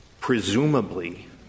presumably